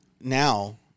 now